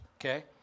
okay